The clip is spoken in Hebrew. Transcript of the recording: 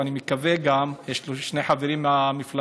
אני מקווה, יש לנו שני חברים מהמפלגה,